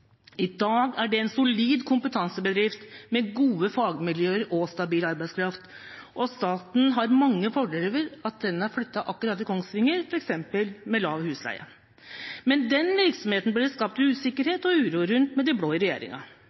I dag er det en solid kompetansebedrift med gode fagmiljøer og stabil arbeidskraft. Staten har mange fordeler av at SSB er flyttet akkurat til Kongsvinger, f.eks. lav husleie. Men den virksomheten blir det skapt usikkerhet og uro rundt med de blå i